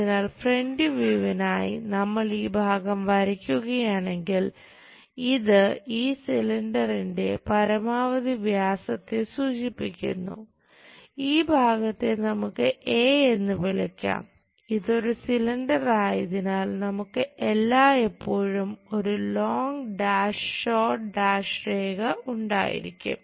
അതിനാൽ ഫ്രന്റ് വ്യൂവിനായി രേഖ ഉണ്ടായിരിക്കും